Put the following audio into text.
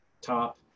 top